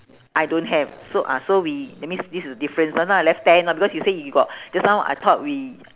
I don't have so ah so we that means this is a difference then now I left ten lah because you say you got just now I thought we